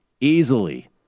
Easily